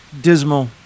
dismal